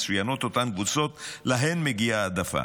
מצוינות אותן קבוצות שלהן מגיעה העדפה,